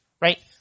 right